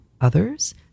others